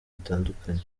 bitandukanye